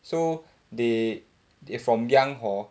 so they they from young hor